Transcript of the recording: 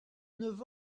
neuf